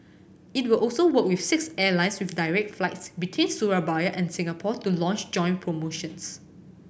it will also work with six airlines with direct flights between Surabaya and Singapore to launch joint promotions